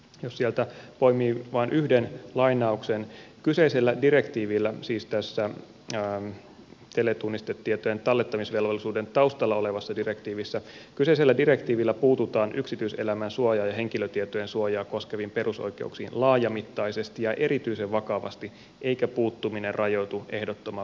jos sieltä poimii vain yhden lainauksen kyseisellä direktiivillä siis tällä teletunnistetietojen tallentamisvelvollisuuden taustalla olevalla direktiivillä puututaan yksityiselämän suojaa ja henkilötietojen suojaa koskeviin perusoikeuksiin laajamittaisesti ja erityisen vakavasti eikä puuttuminen rajoitu ehdottoman välttämättömään